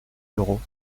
d’euros